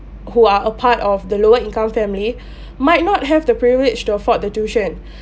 who are a part of the lower income family might not have the privilege to afford the tuition